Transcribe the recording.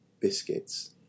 biscuits